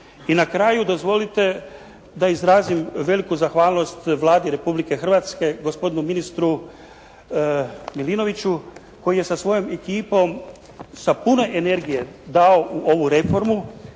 I na kraju dozvolite da izrazim veliku zahvalnost Vladi Republike Hrvatske, gospodinu ministru Milinoviću koji je sa svojom ekipom sa puno energije dao u ovu reformu